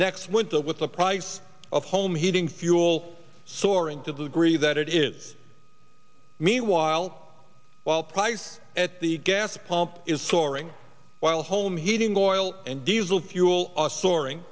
next winter with the price of home heating fuel soaring to the degree that it is meanwhile while price at the gas pump is soaring while home heating oil and diesel fuel